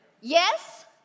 Yes